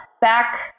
back